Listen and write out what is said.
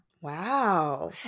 Wow